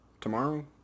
tomorrow